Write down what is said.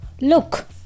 look